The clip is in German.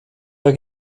der